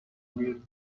with